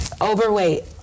overweight